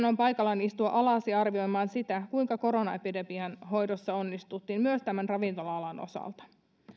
on paikallaan istua alas ja arvioida sitä kuinka koronaepidemian hoidossa onnistuttiin myös ravintola alan osalta